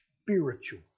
spiritual